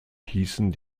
hießen